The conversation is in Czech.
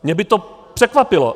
Mě by to překvapilo.